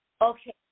Okay